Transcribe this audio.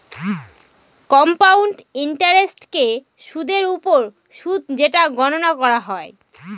compound ইন্টারেস্টকে সুদের ওপর সুদ যেটা গণনা করা হয়